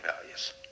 values